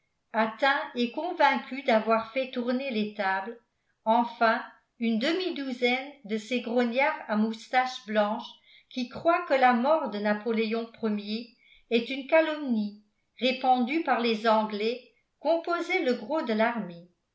atteints et convaincus d'avoir fait tourner les tables enfin une demidouzaine de ces grognards à moustache blanche qui croient que la mort de napoléon ier est une calomnie répandue par les anglais composaient le gros de l'armée